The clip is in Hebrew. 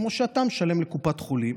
כמו שאתה משלם לקופת חולים.